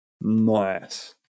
Nice